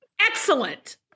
excellent